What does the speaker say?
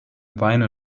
beine